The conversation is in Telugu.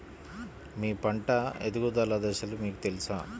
మీ పంట ఎదుగుదల దశలు మీకు తెలుసా?